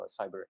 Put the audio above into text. cyber